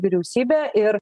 vyriausybę ir